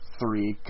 three